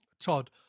Todd